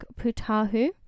Putahu